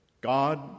God